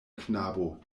knabo